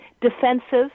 defensive